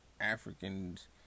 Africans